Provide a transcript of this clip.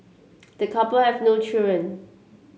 the couple have no children